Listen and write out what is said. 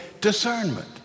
discernment